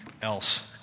Else